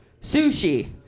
Sushi